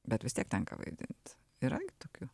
bet vis tiek tenka vaidinti yra tokių